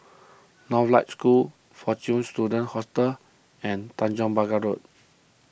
Northlight School fortune Students Hostel and Tanjong Pagar Road